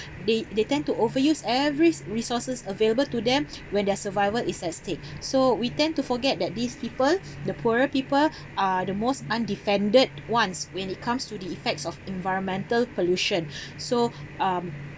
they they tend to overuse every resources available to them when their survival is at stake so we tend to forget that these people the poorer people are the most undefended ones when it comes to the effects of environmental pollution so um